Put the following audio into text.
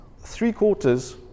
three-quarters